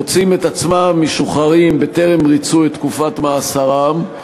מוצאים את עצמם משוחררים בטרם ריצו את תקופת מאסרם,